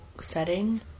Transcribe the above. setting